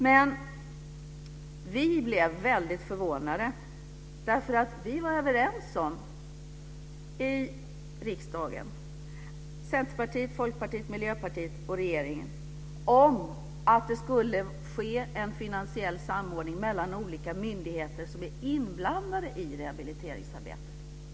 Men vi blev väldigt förvånade därför att vi var överens i riksdagen, Centerpartiet, Folkpartiet, Miljöpartiet och regeringen, om att det skulle ske en finansiell samordning mellan olika myndigheter som är inblandade i rehabiliteringsarbetet.